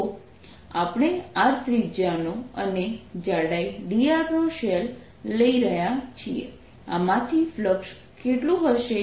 તો આપણે R ત્રિજ્યાનો અને જાડાઈ dr નો શેલ લઈ રહ્યા છીએ આમાંથી ફ્લક્સ કેટલું હશે